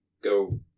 go